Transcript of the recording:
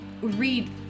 read